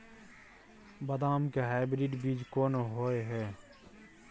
बदाम के हाइब्रिड बीज कोन होय है?